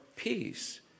peace